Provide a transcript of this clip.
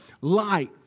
Light